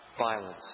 violence